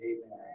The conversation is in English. Amen